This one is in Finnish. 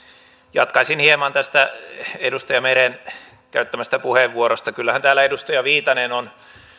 jatkaisin hieman tästä edustaja meren käyttämästä puheenvuorosta kyllähän täällä edustaja viitanen on